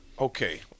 okay